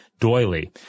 doily